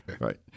right